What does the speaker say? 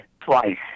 twice